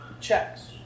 checks